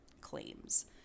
claims